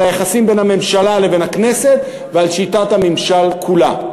היחסים בין הממשלה לבין הכנסת ועל שיטת הממשל כולה.